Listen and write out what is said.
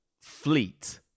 Fleet